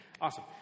Awesome